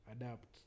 adapt